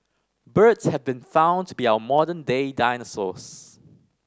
birds have been found to be our modern day dinosaurs